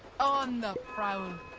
on the